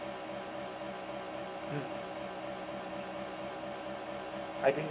mm I think